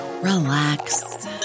relax